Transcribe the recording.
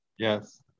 Yes